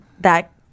that-